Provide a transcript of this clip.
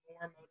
more